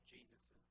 Jesus